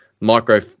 micro